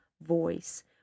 voice